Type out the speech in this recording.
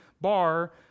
bar